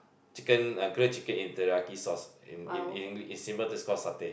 chicken like grilled chicken in teriyaki sauce in in in in simple is call satay